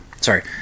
Sorry